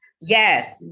Yes